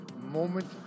moment